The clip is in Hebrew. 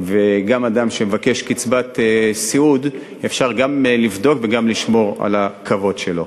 ואדם שמבקש קצבת סיעוד אפשר גם לבדוק וגם לשמור על הכבוד שלו.